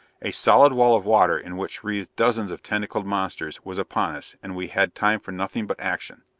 a solid wall of water, in which writhed dozens of tentacled monsters, was upon us, and we had time for nothing but action.